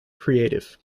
creative